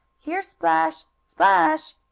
here, splash! splash!